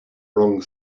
wrong